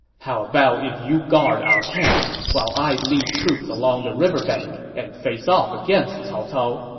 how about if you guard our camp, while i lead troops along the river bank and face off against cao cao?